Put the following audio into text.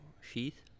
sheath